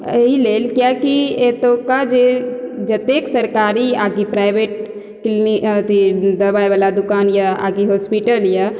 एहि लेल किएकि एतुका जे जतेक सरकारी आ कि प्राइवेट क्लिनिक अथि दवाइ वला दूकान यऽ आ कि हॉस्पिटल यऽ